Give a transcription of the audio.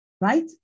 right